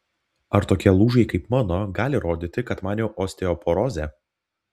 ar tokie lūžiai kaip mano gali rodyti kad man jau osteoporozė